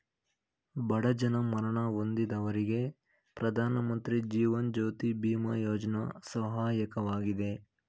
ಬಡ ಜನ ಮರಣ ಹೊಂದಿದವರಿಗೆ ಪ್ರಧಾನಮಂತ್ರಿ ಜೀವನ್ ಜ್ಯೋತಿ ಬಿಮಾ ಯೋಜ್ನ ಸಹಾಯಕವಾಗಿದೆ